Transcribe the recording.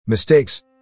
mistakes